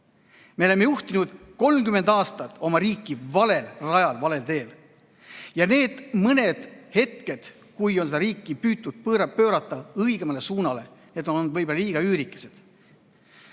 Me oleme juhtinud 30 aastat oma riiki valel rajal, valel teel. Ja need mõned hetked, kui on seda riiki püütud pöörata õigemasse suunda, on olnud võib-olla liiga üürikesed. Tahan